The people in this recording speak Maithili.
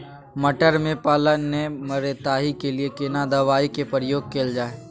मटर में पाला नैय मरे ताहि के लिए केना दवाई के प्रयोग कैल जाए?